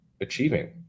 achieving